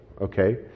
okay